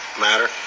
matter